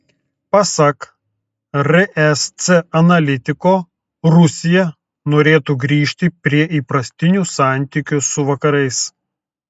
pasak resc analitiko rusija norėtų grįžti prie įprastinių santykių su vakarais